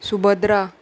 Subhadra